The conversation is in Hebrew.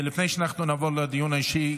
לפני שאנחנו נעבור לדיון האישי,